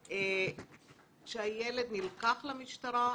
כשהילד נלקח למשטרה,